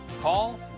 Call